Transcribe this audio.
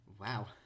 Wow